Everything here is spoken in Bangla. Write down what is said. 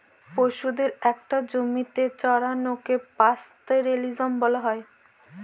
পশুদের একটা জমিতে চড়ানোকে পাস্তোরেলিজম বলা হয়